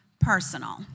personal